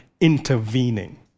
intervening